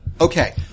Okay